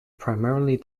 primarily